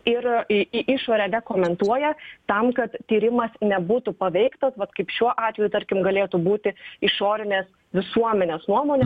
ir į į išorę nekomentuoja tam kad tyrimas nebūtų paveiktas vat kaip šiuo atveju tarkim galėtų būti išorinės visuomenės nuomonė